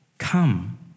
Come